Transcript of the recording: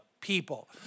people